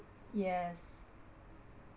yes